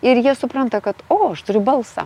ir jie supranta kad o aš turiu balsą